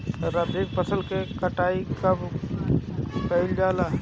खरिफ फासल के कटाई कब कइल जाला हो?